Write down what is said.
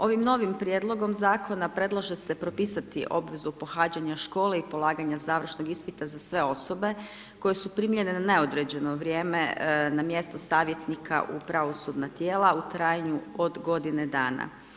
Ovim novim prijedlog zakona predlaže se propisati obvezu pohađanja škole i polaganja završnog ispita za sve osobe koje su primljene na neodređeno vrijeme na mjesto savjetnika u pravosudna tijela u trajanju od godine dana.